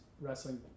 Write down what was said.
wrestling